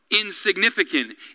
insignificant